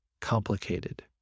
complicated